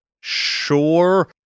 Sure